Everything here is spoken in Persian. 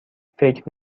فکر